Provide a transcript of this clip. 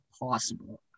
possible